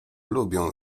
lubią